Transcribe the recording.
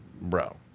bro